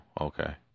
okay